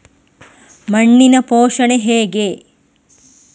ಮಣ್ಣಿನ ಪೋಷಣೆ ಹೇಗೆ?